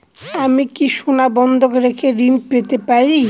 আমি কি সোনা বন্ধক রেখে ঋণ পেতে পারি?